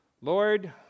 Lord